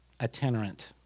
itinerant